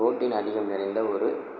protein அதிகம் நிறைந்த ஒரு